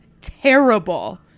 terrible